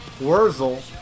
Wurzel